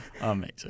amazing